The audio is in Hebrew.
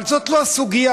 אבל זאת לא הסוגיה.